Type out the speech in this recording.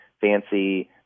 fancy